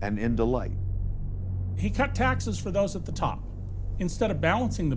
and into like he cut taxes for those of the top instead of balancing the